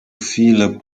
viele